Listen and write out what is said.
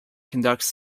conducts